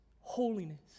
holiness